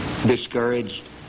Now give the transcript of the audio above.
Discouraged